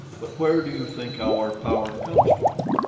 but where do you think our power comes from?